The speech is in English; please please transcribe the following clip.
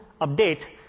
update